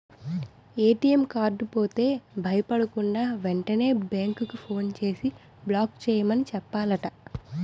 ATM card పోతే భయపడకుండా, వెంటనే బేంకుకి ఫోన్ చేసి బ్లాక్ చేయమని చెప్పాలట